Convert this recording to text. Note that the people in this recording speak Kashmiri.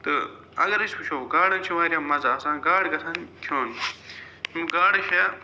تہٕ اگر أسۍ وٕچھو گاڈَن چھِ واریاہ مَزٕ آسان گاڈٕ گَژھَن کھیوٚن یِم گاڈٕ چھےٚ